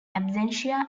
absentia